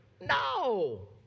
No